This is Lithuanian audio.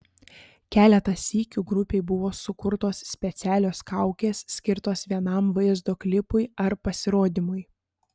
keletą sykių grupei buvo sukurtos specialios kaukės skirtos vienam vaizdo klipui ar pasirodymui